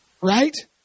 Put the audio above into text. right